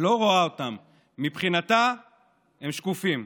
לא רואה אותם, מבחינתה הם שקופים.